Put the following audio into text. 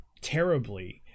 terribly